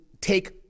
take